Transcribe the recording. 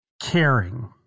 Caring